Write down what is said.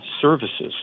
Services